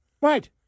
Right